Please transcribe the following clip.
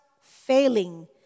failing